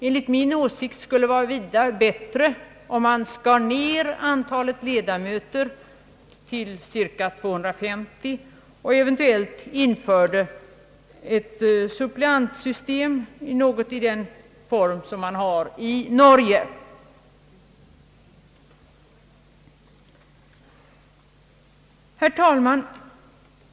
Enligt min åsikt skulle det vara vida bättre, om man skar ner antalet ledamöter till cirka 250 och eventuellt införde ett suppleantsystem, ungefär i den form som finns i Norge.